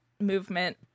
movement